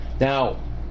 now